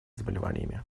заболеваниями